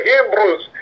Hebrews